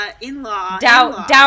in-law